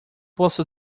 possa